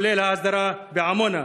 כולל ההסדרה בעמונה,